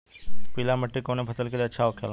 पीला मिट्टी कोने फसल के लिए अच्छा होखे ला?